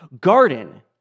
garden